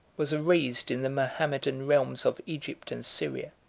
was erased in the mahometan realms of egypt and syria.